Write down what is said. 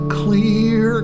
clear